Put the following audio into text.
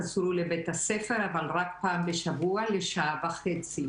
חזרו לבית הספר, אבל רק פעם בשבוע לשעה וחצי.